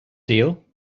deal